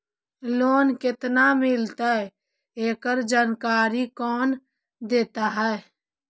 Loan केत्ना मिलतई एकड़ जानकारी कौन देता है?